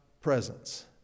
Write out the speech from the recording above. presence